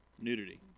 Nudity